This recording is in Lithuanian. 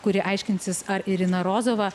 kuri aiškinsis ar irina rozova